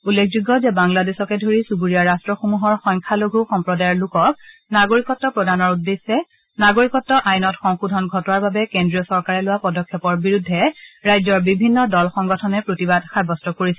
উল্লেখযোগ্য যে বাংলাদেশকে ধৰি চুবুৰীয়া ৰট্টসমূহৰ সংখ্যালঘু সম্প্ৰদায়ৰ লোকক নাগৰিকত্ব প্ৰদানৰ উদ্দেশ্যে নাগৰিকত্ আইনত সংশোধন ঘটোৱাৰ বাবে কেন্দ্ৰীয় চৰকাৰে লোৱা পদক্ষেপৰ বিৰুদ্ধে ৰাজ্যৰ বিভিন্ন দল সংগঠনে প্ৰতিবাদ সাব্যস্ত কৰিছে